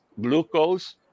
glucose